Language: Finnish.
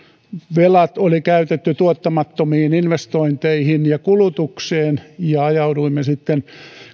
ja velat oli käytetty tuottamattomiin investointeihin ja kulutukseen ja ajauduimme sitten